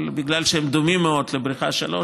אבל מכיוון שהן דומות מאוד לבריכה 3,